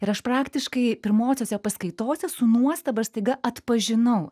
ir aš praktiškai pirmosiose paskaitose su nuostaba aš staiga atpažinau